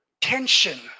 tension